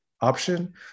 option